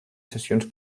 sessions